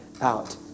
out